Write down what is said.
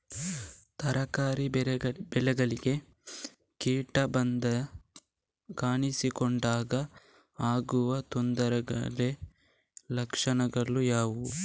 ತರಕಾರಿ ಬೆಳೆಗಳಿಗೆ ಕೀಟ ಬಾಧೆ ಕಾಣಿಸಿಕೊಂಡಾಗ ಆಗುವ ತೊಂದರೆಗಳ ಲಕ್ಷಣಗಳು ಯಾವುವು?